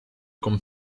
con